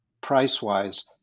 price-wise